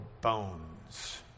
bones